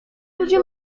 ludzie